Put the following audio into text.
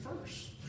first